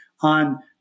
on